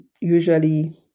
usually